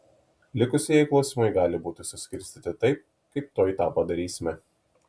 likusieji klausimai gali būti suskirstyti taip kaip tuoj tą padarysime